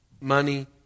money